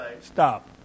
Stop